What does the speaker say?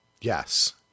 Yes